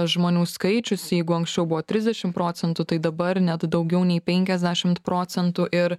žmonių skaičius jeigu anksčiau buvo trisdešim procentų tai dabar net daugiau nei penkiasdešimt procentų ir